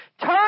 Turn